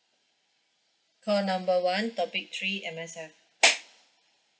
call number one topic three M_S_F